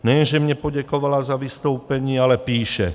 Nejen že mně poděkovala za vystoupení, ale píše: